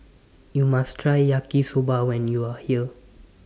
YOU must Try Yaki Soba when YOU Are here